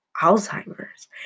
Alzheimer's